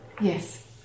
Yes